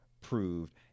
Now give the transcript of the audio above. proved